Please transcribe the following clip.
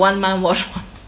then you one month wash once